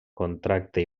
contracte